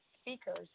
speakers